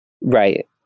Right